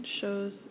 shows